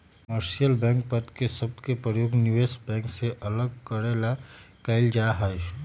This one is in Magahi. कमर्शियल बैंक पद के शब्द के प्रयोग निवेश बैंक से अलग करे ला कइल जा हई